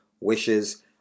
wishes